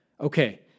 Okay